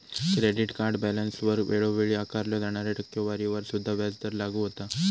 credit card बॅलन्सवर वेळोवेळी आकारल्यो जाणाऱ्या टक्केवारीवर सुद्धा व्याजदर लागू होता